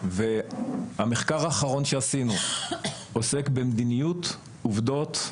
והמחקר האחרון שעשינו עוסק במדיניות עובדות,